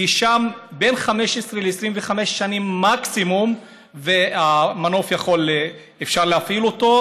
כי שם בין 15 ל-25 שנים מקסימום אפשר להפעיל את המנוף,